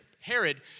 Herod